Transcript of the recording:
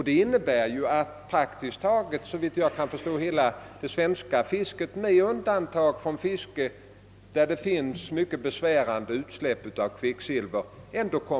Det innebär, såvitt jag kan förstå, att praktiskt taget hela det svenska fisket ändå kommer att gå fritt, med undantag för ett obetydligt fiske i vatten där det förekommer mycket besvärande utsläpp av kvicksilver.